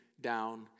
down